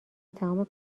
تمام